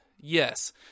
yes